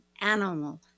animal